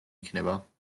იქნება